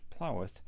ploweth